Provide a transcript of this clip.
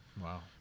Wow